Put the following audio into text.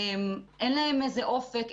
אין להם איזה אופק,